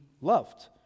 loved